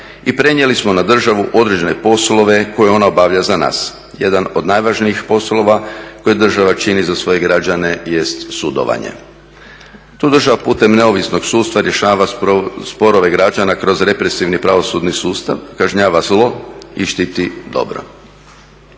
i prenijeli smo na državu određene poslove koje ona obavlja za nas. Jedan od najvažnijih poslova koje država čini za svoje građane jest sudovanje. Tu država putem neovisnog sudstva rješava sporove građana kroz represivni pravosudni sustav, kažnjava zlo i štiti dobro.